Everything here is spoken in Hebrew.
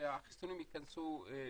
והחיסונים ייכנסו לפעולה.